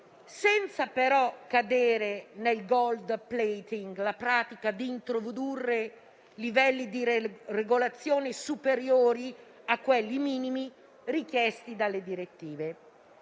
senza però cadere nel *gold plating*, la pratica di introdurre livelli di regolazioni superiori a quelli minimi richiesti dalle direttive.